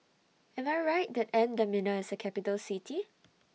Am I Right that N'Djamena IS A Capital City